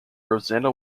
rosanna